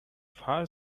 far